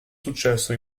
successo